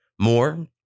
more